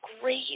great